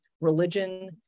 religion